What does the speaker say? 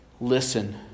Listen